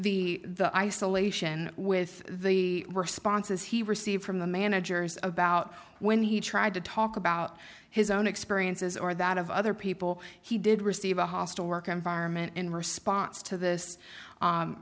the the isolation with the responses he received from the managers about when he tried to talk about his own experiences or that of other people he did receive a hostile work environment in response to this